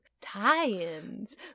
tie-ins